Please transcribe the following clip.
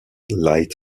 light